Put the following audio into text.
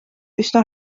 üsna